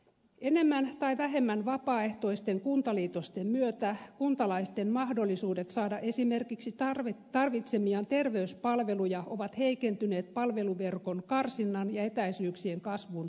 enemmän tai vähemmän vapaaehtoisten kuntaliitosten myötä kuntalaisten mahdollisuudet saada esimerkiksi tarvitsemiaan terveyspalveluja ovat heikentyneet palveluverkon karsinnan ja etäisyyksien kasvun takia